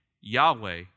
Yahweh